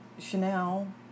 Chanel